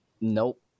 nope